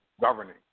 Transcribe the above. governing